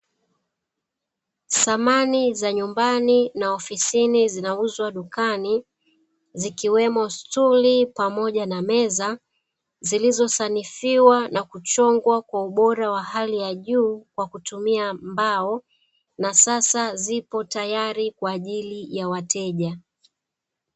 Samani za nyumbani na ofisini zinauzwa dukani, zikiwemo stuli pamoja na meza, zilizosanifiwa na kuchongwa kwa ubora wa hali ya juu kwa kutumia mbao. Na sasa zipo tayari kwa ajili ya wateja.